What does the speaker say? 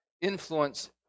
influence